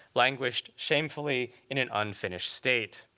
languished shamefully in an unfinished state.